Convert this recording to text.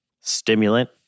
Stimulant